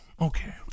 okay